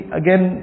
again